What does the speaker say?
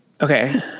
okay